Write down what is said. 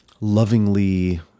lovingly